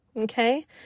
Okay